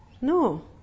No